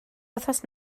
wythnos